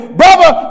brother